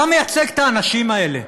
אתה מייצג את האנשים האלה.